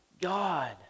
God